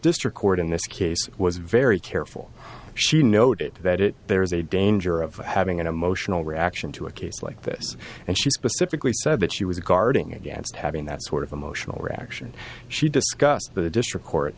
district court in this case was very careful she noted that it there is a danger of having an emotional reaction to a case like this and she specifically said that she was guarding against having that sort of emotional reaction she discussed the district court